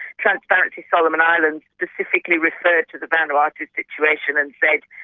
transparency solomon islands specifically referred to the vanuatu situation and said,